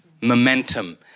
momentum